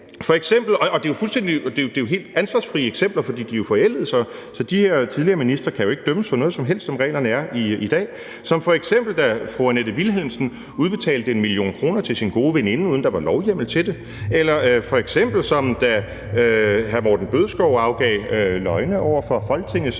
det er helt ansvarsfrie eksempler, for de er jo forældede, så de her tidligere ministre kan ikke dømmes for noget som helst, som reglerne er i dag – som f.eks. da fru Annette Vilhelmsen udbetalte 1 mio. kr. til sin gode veninde, uden at der var lovhjemmel til det, eller som f.eks. da hr. Morten Bødskov afgav løgne over for Folketinget,